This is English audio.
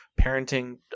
parenting